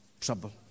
trouble